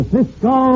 Cisco